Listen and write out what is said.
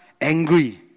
angry